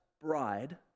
bride